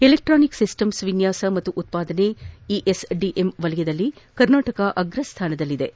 electronic system ವಿನ್ನಾಸ ಮತ್ತು ಉತ್ಪಾದನೆ ಇಎಸ್ಡಿಎಂ ವಲಯದಲ್ಲಿ ಕರ್ನಾಟಕ ಅಗ್ರಸ್ಥಾನದಲ್ಲಿದ್ದು